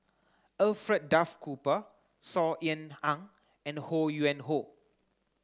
Alfred Duff Cooper Saw Ean Ang and Ho Yuen Hoe